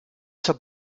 zur